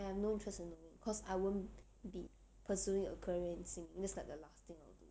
I have no interest in knowing cause I won't be pursuing a career in singing that's like the last thing I will do